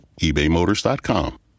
ebaymotors.com